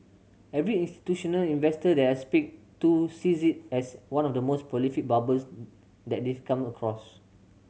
every institutional investor that I speak to sees it as one of the most prolific bubbles that they've come across